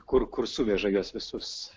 kur kur suveža juos visus